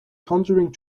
conjuring